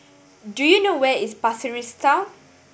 do you know where is Pasir Ris Town